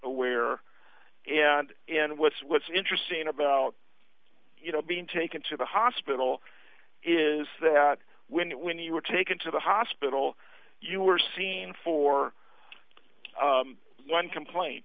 aware and and what's what's interesting about you know being taken to the hospital is that when when you were taken to the hospital you were seen for one complaint